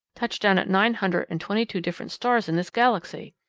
touch down at nine hundred and twenty-two different stars in this galaxy!